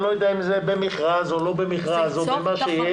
אני לא יודע אם במכרז או לא במכרז --- זה ייצור תחרות.